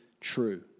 true